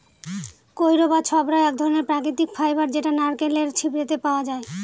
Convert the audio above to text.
কইর বা ছবড়া এক ধরনের প্রাকৃতিক ফাইবার যেটা নারকেলের ছিবড়েতে পাওয়া যায়